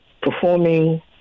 performing